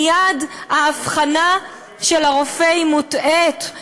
מייד האבחנה של הרופא היא מוטעית,